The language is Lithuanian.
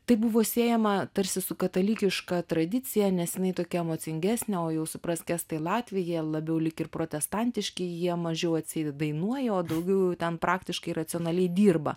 tai buvo siejama tarsi su katalikiška tradicija nes jinai tokia emocingesnė o jau suprask estai latviai jie labiau lyg ir protestantiški jie mažiau atseit dainuoja o daugiau ten praktiškai racionaliai dirba